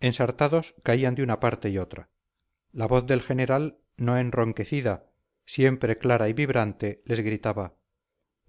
ensartados caían de una parte y otra la voz del general no enronquecida siempre clara y vibrante les gritaba